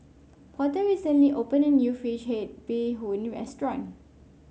Porter recently opened a new fish head Bee Hoon restaurant